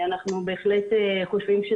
לממשלה.